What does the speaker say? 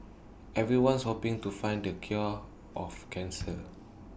everyone's hoping to find the cure of cancer